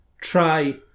try